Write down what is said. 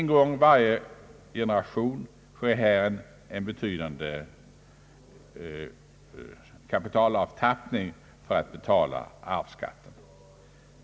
En gång varje generation sker här i varje företag en betydande kapitalavtappning för att vederbörande skall kunna betala arvsskatten.